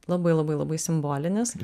labai labai labai simbolinis